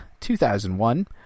2001